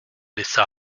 laissa